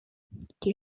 die